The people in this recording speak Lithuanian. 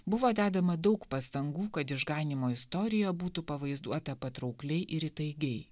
buvo dedama daug pastangų kad išganymo istorija būtų pavaizduota patraukliai ir įtaigiai